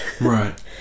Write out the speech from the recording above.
Right